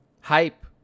Hype